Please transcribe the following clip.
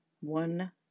one